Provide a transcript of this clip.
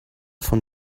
von